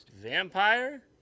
vampire